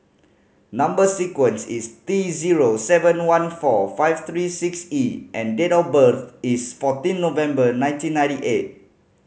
number sequence is T zero seven one four five three six E and date of birth is fourteen November nineteen ninety eight